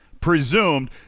presumed